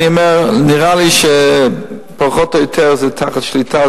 אני אומר שנראה לי שפחות או יותר זה תחת שליטה,